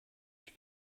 ich